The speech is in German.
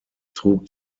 trug